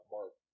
Mark